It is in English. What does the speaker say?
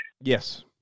Yes